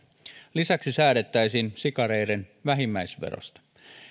lisäksi säädettäisiin sikareiden vähimmäisverosta